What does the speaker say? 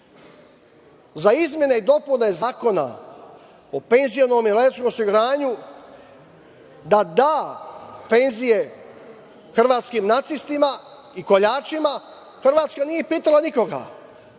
izmene i dopune Zakona o penzionom i invalidskom osiguranju da da penzije hrvatskim nacistima i koljačima Hrvatska nije pitala nikoga,